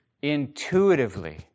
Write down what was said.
intuitively